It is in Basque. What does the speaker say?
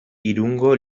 irungo